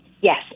yes